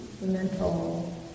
mental